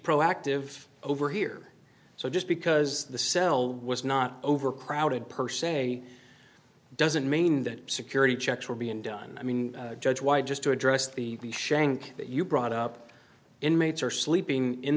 proactive over here so just because the cell was not overcrowded per se doesn't mean that security checks were being done i mean judge white just to address the shank that you brought up inmates are sleeping in